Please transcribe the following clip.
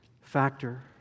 factor